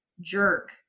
jerk